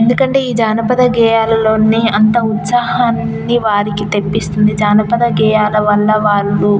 ఎందుకంటే ఈ జానపద గేయాలలోని అంత ఉత్సాహాన్ని వారికి తెప్పిస్తుంది జానపద గేయాల వల్ల వాళ్ళు